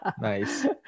Nice